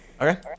Okay